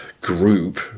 group